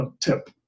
tip